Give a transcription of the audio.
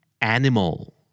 Animal